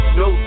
no